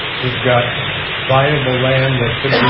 we've got viable land that could